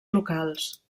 locals